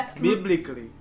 biblically